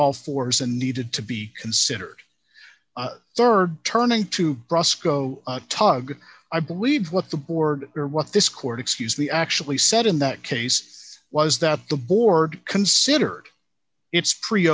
all fours and needed to be considered sir turning to brosco tugh i believe what the board or what this court excuse me actually said in that case was that the board considered its free